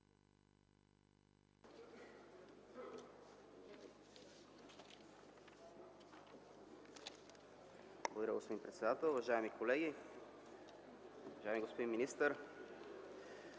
Благодаря, господин председател. Уважаеми колеги, уважаеми господин министър!